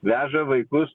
veža vaikus